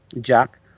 jack